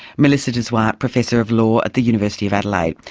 melissa de zwart, professor of law at the university of adelaide.